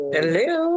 Hello